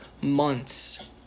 months